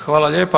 Hvala lijepa.